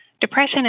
depression